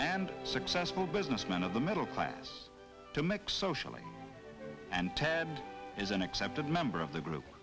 and successful businessmen of the middle class to mix socially and ted is an accepted member of the group